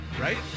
Right